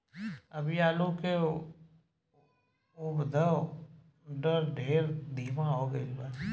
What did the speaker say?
अभी आलू के उद्भव दर ढेर धीमा हो गईल बा